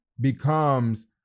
becomes